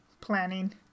planning